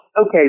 okay